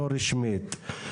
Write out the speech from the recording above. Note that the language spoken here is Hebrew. לא רשמית.